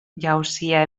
jauzia